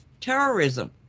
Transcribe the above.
terrorism